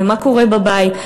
מה קורה בבית?